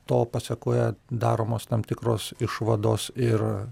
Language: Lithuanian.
to pasekoje daromos tam tikros išvados ir